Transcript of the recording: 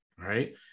Right